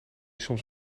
soms